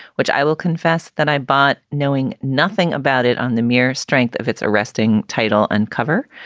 which i will confess that i bought knowing nothing about it on the mere strength of its arresting title and cover.